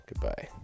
Goodbye